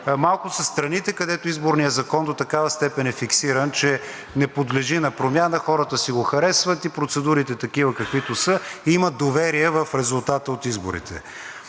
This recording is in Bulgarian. Малко са страните, където изборният закон до такава степен е фиксиран, че не подлежи на промяна, хората си го харесват и процедурите – такива, каквито са, имат доверие в резултата от изборите.